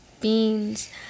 beans